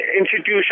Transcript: institution